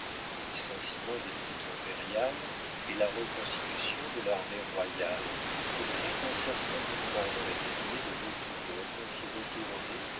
le licenciement des troupes impériales et la reconstitution de l'armée royale opéraient un certain mouvement dans la destinée de beaucoup d'hommes qui retournaient